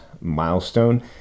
Milestone